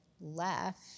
left